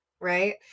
right